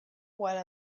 while